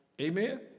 Amen